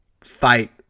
Fight